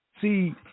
See